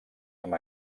amb